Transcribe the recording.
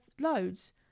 loads